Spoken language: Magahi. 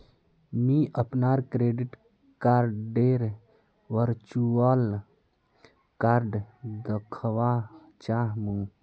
मी अपनार क्रेडिट कार्डडेर वर्चुअल कार्ड दखवा चाह मु